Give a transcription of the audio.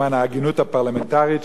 למען ההגינות הפרלמנטרית,